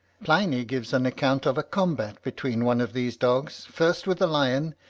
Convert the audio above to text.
pliny gives an account of a combat between one of these dogs, first with a lion,